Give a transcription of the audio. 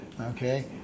Okay